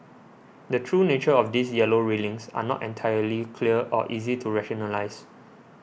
the true nature of these yellow railings are not entirely clear or easy to rationalise